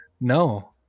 no